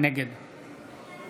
נגד